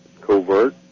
covert